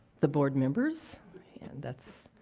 the board members and that's,